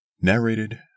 Narrated